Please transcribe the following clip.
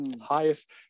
highest